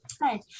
Hi